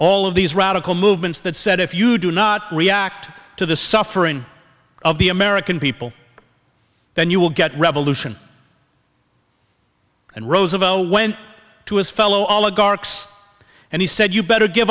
all of these radical movements that said if you do not react to the suffering of the american people then you will get revolution and roosevelt went to his fellow oligarchy and he said you better give